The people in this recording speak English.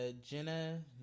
Jenna